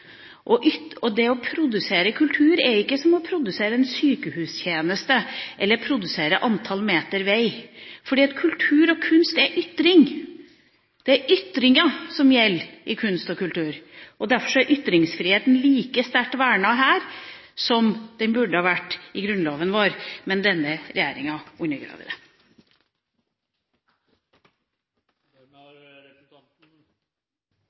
å være imot makta. Det å produsere kultur er ikke som å produsere en sykehustjeneste eller antall meter vei, for kultur og kunst er ytringer. Det er ytringer som gjelder i kunst og kultur. Derfor er ytringsfriheten like sterkt vernet her som den burde ha vært i Grunnloven vår, men denne regjeringa undergraver det. Jeg tar til slutt opp Venstres forslag. Representanten